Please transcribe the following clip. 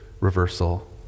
reversal